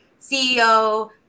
CEO